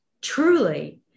truly